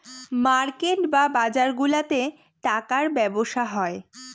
market বা বাজারগুলাতে টাকার ব্যবসা হয়